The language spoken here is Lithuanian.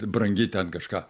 brangi ten kažką